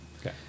Okay